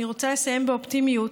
אני רוצה לסיים באופטימיות,